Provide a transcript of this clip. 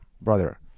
Brother